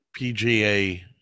PGA